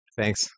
Thanks